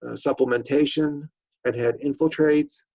ah supplementation and had infiltrates,